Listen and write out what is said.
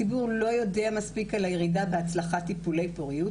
הגרף העליון הוא שיעורי הצלחות בלידות חי לפי טיפולי פוריות